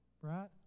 right